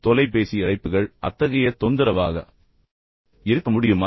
இப்போது தொலைபேசி அழைப்புகள் அத்தகைய தொந்தரவாக இருக்க முடியுமா